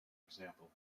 example